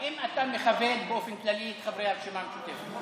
האם אתה מכבד באופן כללי את חברי הרשימה המשותפת?